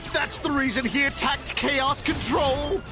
that's the reason he attacked chaos control.